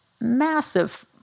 massive